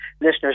listeners